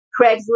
Craigslist